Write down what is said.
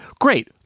great